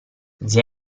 zia